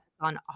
on